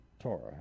Torah